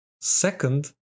Second